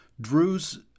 Drew's